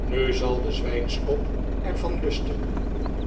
nu zal de zwijnskop er van lusten